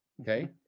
okay